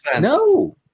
No